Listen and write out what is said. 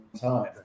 time